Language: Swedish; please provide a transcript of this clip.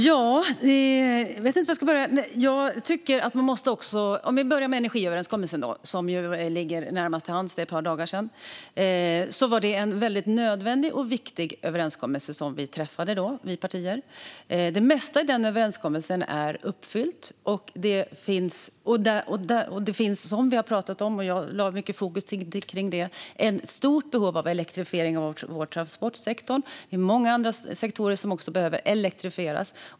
Herr talman! Vi börjar med energiöverenskommelsen, som ju ligger närmast till hands. Detta var för ett par dagar sedan. Det var en nödvändig och viktig överenskommelse som vi träffade. Det mesta i den överenskommelsen är uppfyllt. Som vi pratat om och jag lagt mycket fokus på finns det ett stort behov av elektrifiering av transportsektorn. Det är många andra sektorer som också behöver elektrifieras.